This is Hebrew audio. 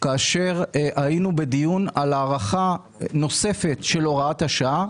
כאשר היינו בדיון על הארכה נוספת של הוראת השעה.